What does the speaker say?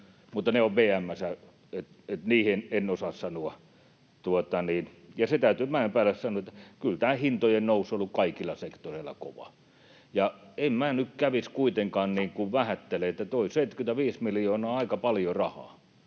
Mutta ne ovat VM:ssä, niin että niihin en osaa sanoa. Se täytyy Mäenpäälle sanoa, että kyllä tämä hintojen nousu on ollut kaikilla sektoreilla kova, ja en minä nyt kävisi kuitenkaan vähättelemään, sillä tuo 75 miljoonaa on aika paljon rahaa.